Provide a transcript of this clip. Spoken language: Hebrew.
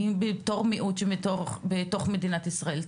אני בתור מיעוט שנמצא בתוך מדינת ישראל,